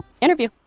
interview